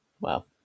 wow